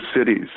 cities